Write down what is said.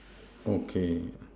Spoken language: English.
okay